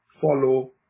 Follow